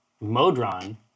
Modron